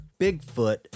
Bigfoot